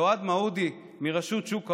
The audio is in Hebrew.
לאוהד מעודי מרשות שוק ההון,